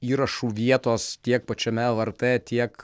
įrašų vietos tiek pačiame lrt tiek